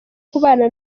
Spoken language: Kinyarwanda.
kubana